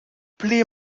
pli